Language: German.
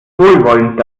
wohlwollend